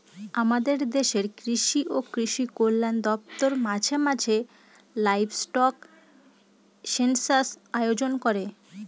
আমাদের দেশের কৃষি ও কৃষি কল্যাণ দপ্তর মাঝে মাঝে লাইভস্টক সেনসাস আয়োজন করে